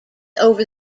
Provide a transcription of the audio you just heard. over